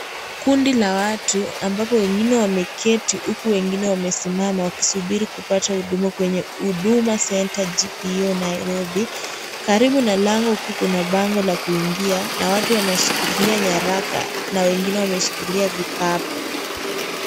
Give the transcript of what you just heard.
Kundi la watu ambapo wengine wameketi huku wengine wamesimama wakisubiri kupata huduma kwenye Huduma center GPO Nairobi. Karibu na lango kuu kuna pango la kuingia na watu wanashikilia nyaraka na wengine wameshikilia vikapu.